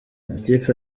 amakipe